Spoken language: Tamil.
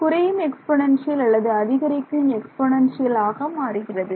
குறையும் எக்ஸ்போனன்ஷியல் அல்லது அதிகரிக்கும் எக்ஸ்போனன்ஷியல் ஆக மாறுகிறது